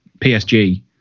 PSG